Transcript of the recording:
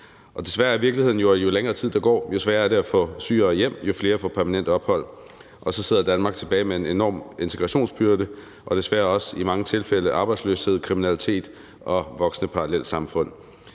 Desværre er virkeligheden, at jo længere tid der går, jo sværere er det at få syrere hjem, og jo flere får permanent ophold, og så sidder Danmark tilbage med en enorm integrationsbyrde og desværre også i mange tilfælde arbejdsløshed, kriminalitet og voksende parallelsamfund.